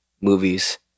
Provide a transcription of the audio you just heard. movies